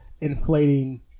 inflating